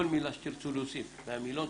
כל מילה שתרצו להוסיף מהמילון,